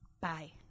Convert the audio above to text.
Bye